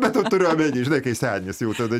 be to turiu omeny žinai kai senis jau tada